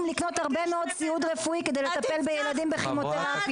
לקנות הרבה מאוד ציוד רפואי כדי לטפל בילדים בכימותרפיה.